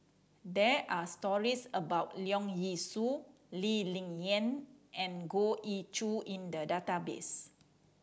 there are stories about Leong Yee Soo Lee Ling Yen and Goh Ee Choo in the database